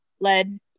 lead